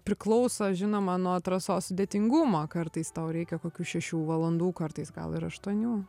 priklauso žinoma nuo trasos sudėtingumo kartais tau reikia kokių šešių valandų kartais gal ir aštuonių